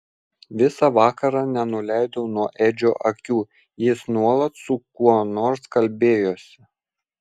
visą vakarą nenuleidau nuo edžio akių jis nuolat su kuo nors kalbėjosi